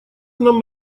нам